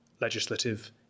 legislative